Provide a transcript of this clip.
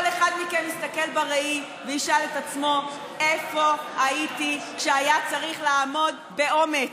כל אחד יסתכל בראי וישאל את עצמו: איפה הייתי כשהיה צריך לעמוד באומץ,